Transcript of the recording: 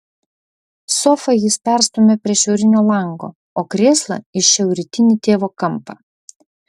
sofą jis perstumia prie šiaurinio lango o krėslą į šiaurrytinį tėvo kampą